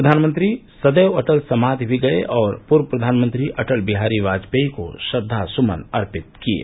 प्रधानमंत्री सदैव अटल समाधि भी गये और पूर्व प्रधानमंत्री अटल बिहारी वाजपेयी को श्रद्वास्मन अर्पित किये